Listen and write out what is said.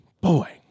Boy